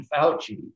Fauci